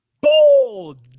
Bold